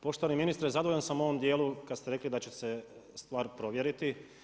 Poštovani ministre zadovoljan sam u ovom dijelu, kad ste rekli da će se stvar provjeriti.